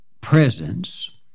presence